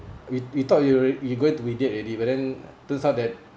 we we thought we alre~ we are going to be dead already but then turns out that